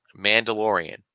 Mandalorian